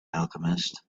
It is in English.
alchemist